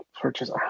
purchase